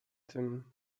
tym